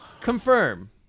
confirm